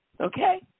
Okay